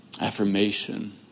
affirmation